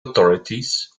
authorities